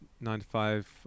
nine-to-five